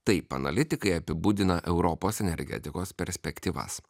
taip analitikai apibūdina europos energetikos perspektyvas